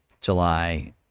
July